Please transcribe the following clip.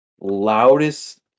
loudest